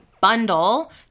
bundle